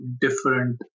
different